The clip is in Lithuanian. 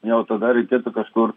jau tada reikėtų kažkur